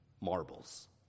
marbles